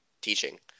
teaching